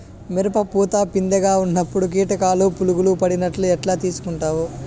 మిరప పూత పిందె గా ఉన్నప్పుడు కీటకాలు పులుగులు పడినట్లు ఎట్లా తెలుసుకుంటావు?